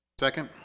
second